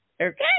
Okay